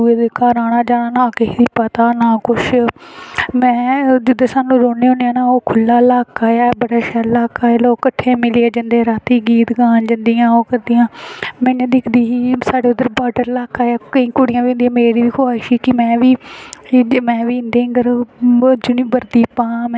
ओह् घर जाना ना किश पता ना किश में सानूं रौह्न्ने होन्ने ना ओह् खुल्ला ल्हाका ऐ बड़ा शैल ल्हाका ऐ लोग किट्ठे मिलियै जंदे लोग रातीं गीत गान जंदे आं में इंया दिखदी ही साढ़े उद्धर बॉर्डर ल्हाका ऐ ते कुड़ियां होंदियां ते मेरी बी ख्वाहिश ही कि में बी इंदे आङरू बहुत बर्दी पांऽ में